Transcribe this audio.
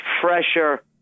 fresher